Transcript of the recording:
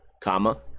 comma